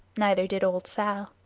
neither did old sal.